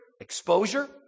Exposure